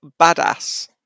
badass